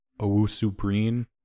Owusu-Breen